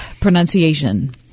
pronunciation